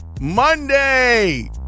Monday